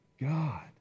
God